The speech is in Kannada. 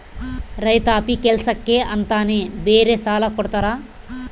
ರೈತಾಪಿ ಕೆಲ್ಸಕ್ಕೆ ಅಂತಾನೆ ಬೇರೆ ಸಾಲ ಕೊಡ್ತಾರ